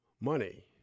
Money